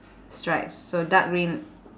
stripes so dark green